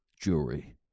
jury